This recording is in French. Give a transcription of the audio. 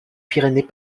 pyrénées